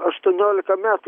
aštuoniolika metų